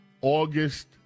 August